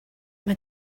mae